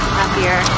happier